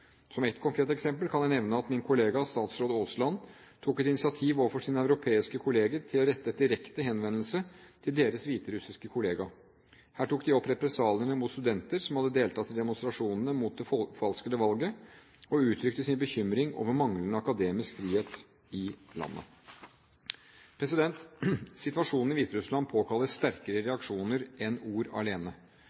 Som ett konkret eksempel kan jeg nevnte at min kollega statsråd Aasland tok et initiativ overfor sine europeiske kolleger til å rette en direkte henvendelse til deres hviterussiske kollega. Her tok de opp represaliene mot studenter som hadde deltatt i demonstrasjonene mot det forfalskede valget, og uttrykte sin bekymring over manglende akademisk frihet i landet. Situasjonen i Hviterussland påkaller sterkere reaksjoner enn ord alene.